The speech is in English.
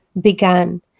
began